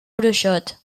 bruixot